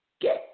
get